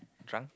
drunk